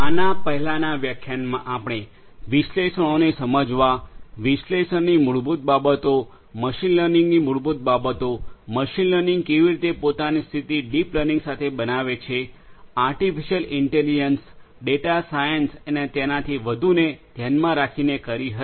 આના પહેલાનાં વ્યાખ્યાનમાં આપણે વિશ્લેષણો ને સમજવા વિશ્લેષણની મૂળભૂત બાબતો મશીન લર્નિંગની મૂળભૂત બાબતો મશીન લર્નિંગ કેવી રીતે પોતાની સ્થિતિ ડીપ લર્નિંગ સાથે બનાવે છે આર્ટીફિશિઅલ ઇન્ટેલિજન્સ ડેટા સાયન્સ અને તેનાથી વધુને ધ્યાનમાં રાખીને વાત કરી હતી